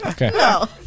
no